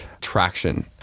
traction